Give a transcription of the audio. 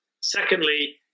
secondly